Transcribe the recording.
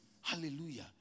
Hallelujah